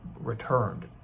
returned